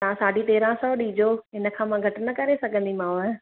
साढी तेरहां सौ ॾिजो हिनखां मां घटि न करे सघंदीमांव